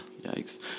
Yikes